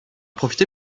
profité